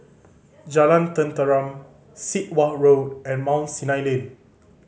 Jalan Tenteram Sit Wah Road and Mount Sinai Lane